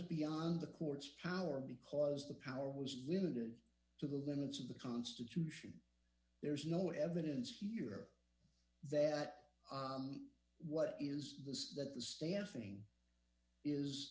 beyond the court's power because the power was limited to the limits of the constitution there's no evidence here that what is this that the staffing is